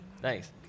Thanks